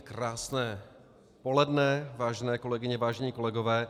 Krásné poledne, vážené kolegyně, vážení kolegové.